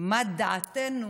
מה דעתנו